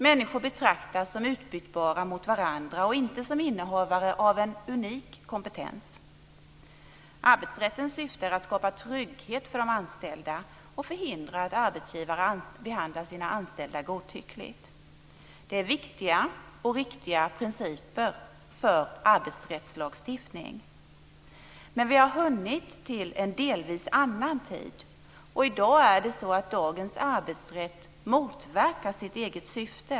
Människor betraktas som utbytbara mot varandra och inte som innehavare av en unik kompetens. Arbetsrättens syfte är att skapa trygghet för de anställda och förhindra att arbetsgivare behandlar sina anställda godtyckligt. Det är viktiga och riktiga principer för arbetsrättslagstiftning. Men vi har hunnit till en annan tid. Dagens arbetsrätt motverkar sitt eget syfte.